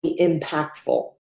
impactful